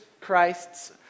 Christ's